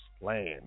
land